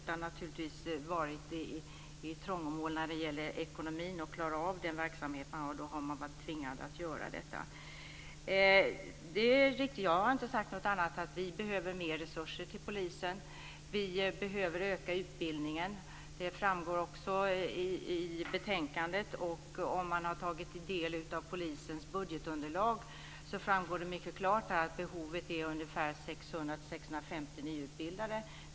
Men när man har varit i trångmål med ekonomin har man varit tvingad att göra nedskärningar för att klara verksamheten. Jag har inte sagt något annat än att det behövs mer resurser till polisen. Vi behöver öka omfattningen på utbildningen. Det framgår också av betänkandet. I polisens budgetunderlag framgår det klart att behovet är 600-650 nyutbildade.